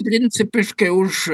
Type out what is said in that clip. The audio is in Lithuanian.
principiškai už